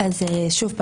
שוב,